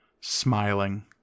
smiling